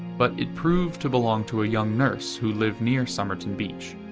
but it proved to belong to a young nurse who lived near somerton beach.